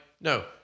no